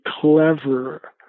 clever